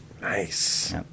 Nice